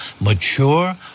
mature